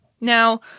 Now